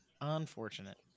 Unfortunate